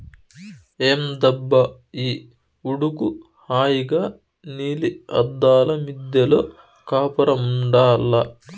ఏందబ్బా ఈ ఉడుకు హాయిగా నీలి అద్దాల మిద్దెలో కాపురముండాల్ల